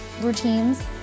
routines